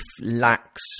lacks